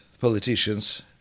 politicians